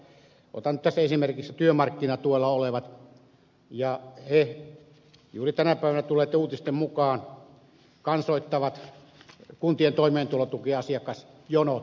otan nyt tässä esimerkiksi työmarkkinatuella olevat he juuri tänä päivänä tulleiden uutisten mukaan kansoittavat kuntien toimeentulotukiasiakasjonot